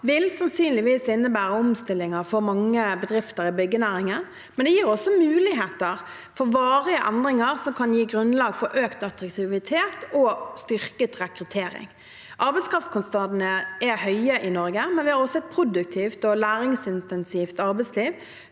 vil sannsynligvis innebære omstillinger for mange bedrifter i byggenæringen, men de gir også muligheter for varige endringer som kan gi grunnlag for økt attraktivitet og styrket rekruttering. Arbeidskraftkostnadene er høye i Norge, men vi har også et produktivt og lærlingsintensivt arbeidsliv.